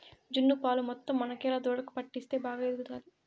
జున్ను పాలు మొత్తం మనకేలా దూడకు పట్టిస్తే బాగా ఎదుగుతాది